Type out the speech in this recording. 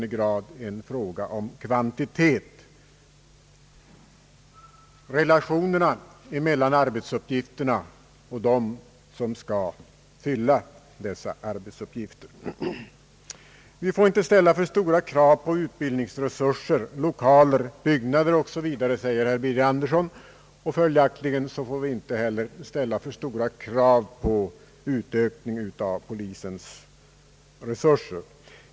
Det väsentliga torde vara att relationen mellan arbetsuppgifterna och den personal som skall fylla dessa arbetsuppgifter är någorlunda rimlig. Vi får inte ställa alltför stora krav på utbildningsresurser, lokaler osv., säger herr Birger Andersson, och följaktligen får vi inte heller ställa alltför stora krav på utökning av polisens resurser.